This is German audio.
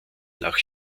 nach